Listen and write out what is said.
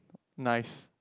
nice